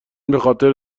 بخاطر